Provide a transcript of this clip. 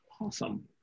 Awesome